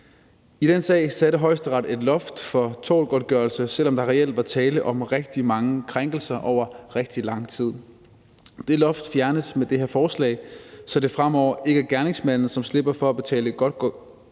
I den sag satte Højesteret et loft for tortgodtgørelse, selv om der reelt var tale om rigtig mange krænkelser over rigtig lang tid. Det loft fjernes med det her forslag, så gerningsmanden ikke fremover slipper for at betale godtgørelse,